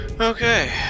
Okay